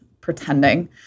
pretending